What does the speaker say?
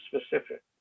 specific